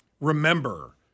remember